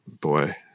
Boy